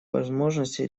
возможностей